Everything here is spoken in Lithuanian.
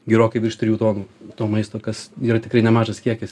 gerokai virš trijų tonų to maisto kas yra tikrai nemažas kiekis